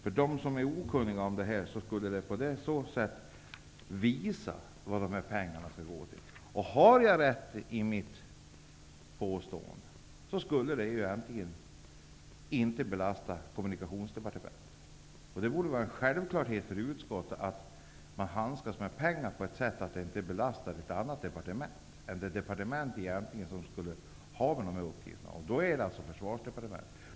För dem som är okunniga om det här skulle det alltså visa vad pengarna går till. Om jag har rätt i mitt påstående, borde det här anslaget egentligen inte belasta Kommunikationsdepartementet. Det borde vara en självklarhet för utskottet att handskas med pengar så att det inte belastar ett annat departement än det som skall ha uppgifterna. Det är alltså Försvarsdepartementet.